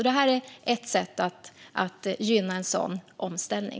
Detta är ett sätt att gynna en sådan omställning.